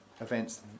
events